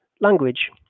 language